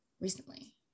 recently